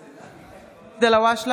(קוראת בשם חבר הכנסת) ואליד אלהואשלה,